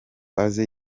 aze